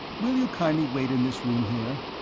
will you kindly wait in this room here?